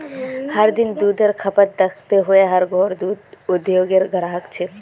हर दिन दुधेर खपत दखते हुए हर घोर दूध उद्द्योगेर ग्राहक छे